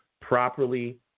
properly